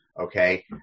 okay